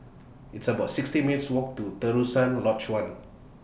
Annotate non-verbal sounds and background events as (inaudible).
(noise) It's about sixteen minutes' Walk to Terusan Lodge one